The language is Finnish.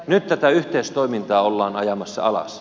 nyt tätä yhteistoimintaa ollaan ajamassa alas